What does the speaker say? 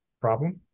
problem